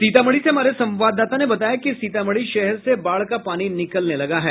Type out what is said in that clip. सीतामढ़ी से हमारे संवाददाता ने बताया कि सीतामढ़ी शहर से बाढ़ का पानी निकलने लगा है